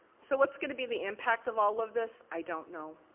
so, what's gonna be the impact of all of this? i don't know.